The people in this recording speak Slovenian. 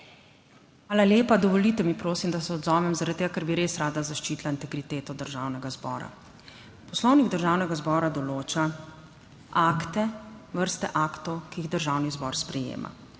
Hvala lepa. Dovolite mi prosim, da se odzovem zaradi tega, ker bi res rada zaščitila integriteto Državnega zbora. Poslovnik Državnega zbora določa akte, vrste aktov, ki jih Državni zbor sprejema.